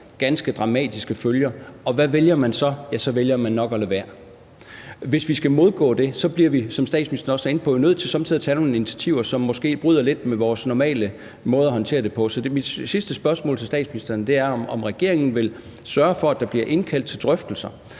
ganske dramatiske følger. Og hvad vælger man så? Ja, så vælger man nok at lade være, og hvis vi skal modgå det, bliver vi, som statministeren også er inde på, somme tider nødt til at tage nogle initiativer, som måske bryder lidt med vores normale måde at håndtere det på. Så mit sidste spørgsmål til statsministeren er, om regeringen vil sørge for, at der bliver indkaldt til drøftelser,